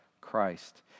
Christ